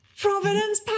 Providence